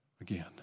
again